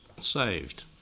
saved